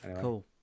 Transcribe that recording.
Cool